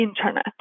internet